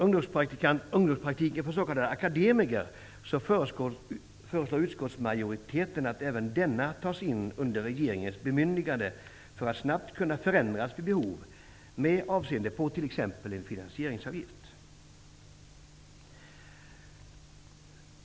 Utskottsmajoriteten föreslår att även ungdomspraktiken för akademiker tas in under regeringens bemyndigande för att snabbt kunna förändras vid behov, med avseende på t.ex. en finansieringsavgift.